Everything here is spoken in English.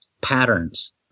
patterns